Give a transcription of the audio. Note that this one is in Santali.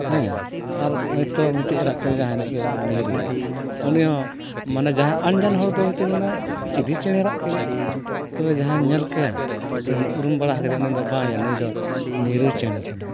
ᱦᱮᱸ ᱟᱨ ᱦᱚᱭᱛᱚ ᱢᱤᱫᱴᱮᱡ ᱨᱟᱜ ᱠᱮᱫᱟ ᱡᱟᱦᱟᱱᱤᱡ ᱜᱮ ᱵᱟᱝ ᱢᱤᱨᱩ ᱩᱱᱤᱦᱚᱸ ᱢᱟᱱᱮ ᱡᱟᱦᱟᱸᱭ ᱟᱱᱡᱟᱱ ᱦᱚᱲᱫᱚ ᱦᱚᱭᱛᱚᱭ ᱢᱮᱱᱟ ᱪᱤᱞᱤ ᱪᱮᱬᱮᱭ ᱨᱟᱜ ᱠᱮᱫᱟᱭ ᱛᱚᱵᱮ ᱡᱟᱦᱟᱧ ᱧᱮᱞ ᱠᱮᱫᱟ ᱥᱮᱢ ᱩᱨᱩᱢ ᱵᱟᱲᱟᱣ ᱠᱟᱫᱮᱭᱟ ᱩᱱᱤᱫᱚ ᱵᱟᱝᱭᱟ ᱱᱩᱭᱫᱚ ᱢᱤᱨᱩ ᱪᱮᱬᱮ ᱠᱟᱱᱟᱭ